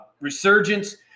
resurgence